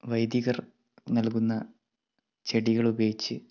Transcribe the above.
വൈദികർ നൽകുന്ന ചെടികൾ ഉപയോഗിച്ച്